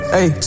Hey